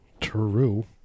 True